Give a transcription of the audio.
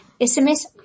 SMS